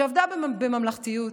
שעבדה בממלכתיות,